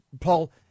paul